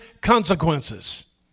consequences